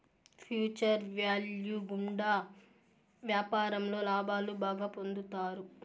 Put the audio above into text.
future value గుండా వ్యాపారంలో లాభాలు బాగా పొందుతారు